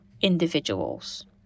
individuals